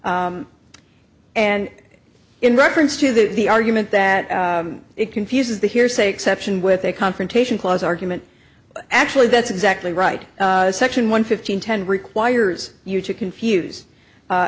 and in reference to that the argument that it confuses the hearsay exception with a confrontation clause argument actually that's exactly right section one fifteen ten requires you to confuse